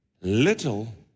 Little